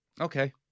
Okay